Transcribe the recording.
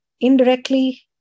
indirectly